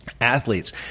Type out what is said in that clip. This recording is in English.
athletes